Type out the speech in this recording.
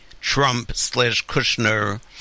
Trump-slash-Kushner